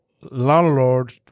landlord